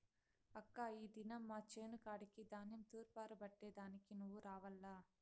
అక్కా ఈ దినం మా చేను కాడికి ధాన్యం తూర్పారబట్టే దానికి నువ్వు రావాల్ల